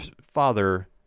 father